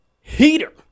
heater